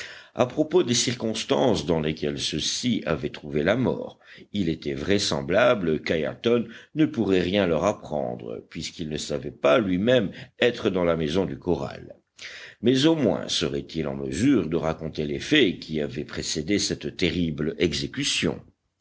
à propos des circonstances dans lesquelles ceux-ci avaient trouvé la mort il était vraisemblable qu'ayrton ne pourrait rien leur apprendre puisqu'il ne savait pas lui-même être dans la maison du corral mais au moins serait-il en mesure de raconter les faits qui avaient précédé cette terrible exécution